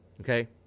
Okay